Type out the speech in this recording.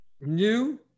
new